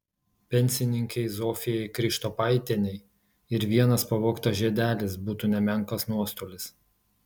pensininkei zofijai krištopaitienei ir vienas pavogtas žiedelis būtų nemenkas nuostolis